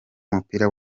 w’umupira